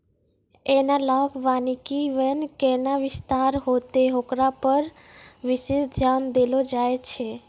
एनालाँक वानिकी वन कैना विस्तार होतै होकरा पर विशेष ध्यान देलो जाय छै